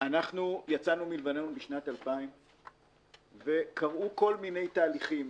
יצאנו מלבנון בשנת 2000 וקרו כל מיני תהליכים.